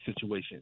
situation